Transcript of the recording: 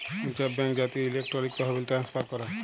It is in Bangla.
রিজার্ভ ব্যাঙ্ক জাতীয় ইলেকট্রলিক তহবিল ট্রান্সফার ক্যরে